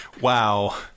Wow